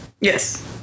yes